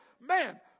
Man